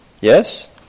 Yes